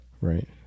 Right